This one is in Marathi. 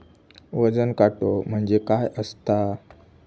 वजन काटो म्हणजे काय असता?